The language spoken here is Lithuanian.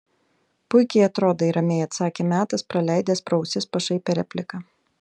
puikiai atrodai ramiai atsakė metas praleidęs pro ausis pašaipią repliką